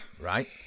Right